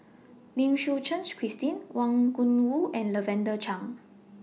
Lim Suchen Christine Wang Gungwu and Lavender Chang